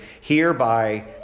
Hereby